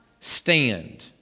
stand